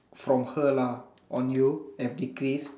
from her lah on you have decreased